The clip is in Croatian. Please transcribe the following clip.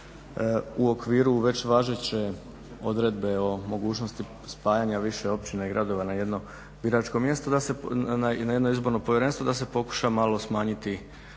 u okviru već važeće odredbe o mogućnosti spajanja više općina i gradova na jedno biračko mjesto, da se, na jedno izborno